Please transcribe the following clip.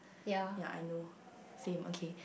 ya I know same okay